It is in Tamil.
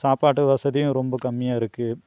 சாப்பாட்டு வசதியும் ரொம்ப கம்மியாக இருக்குது